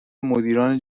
مدیران